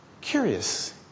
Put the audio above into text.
Curious